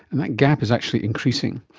and that gap is actually increasing.